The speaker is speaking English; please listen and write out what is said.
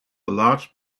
large